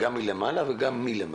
מלמעלה וגם מלמעלה,